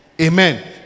Amen